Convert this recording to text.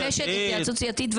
אני מבקשת התייעצות סיעתית.